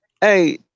hey